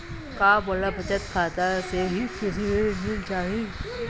का मोला बचत खाता से ही कृषि ऋण मिल जाहि?